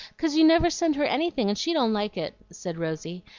cause you never send her anything, and she don't like it, said rosy,